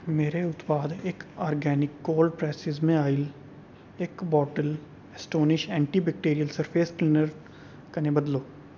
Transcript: मेरे उत्पाद एक्क organic cold pressed sesame oil एक्क bottle Astonish antibacterial surface cleaner कन्नै बदलो